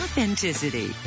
Authenticity